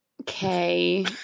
okay